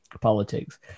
politics